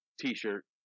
T-shirt